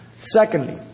Secondly